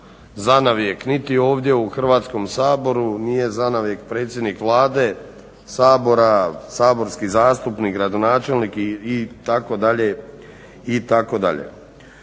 zanavijek niti ovdje u Hrvatskom saboru nije zanavijek Vlade, Sabora, saborski zastupnik, gradonačelnik itd.,